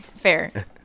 fair